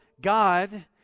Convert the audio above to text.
God